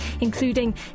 including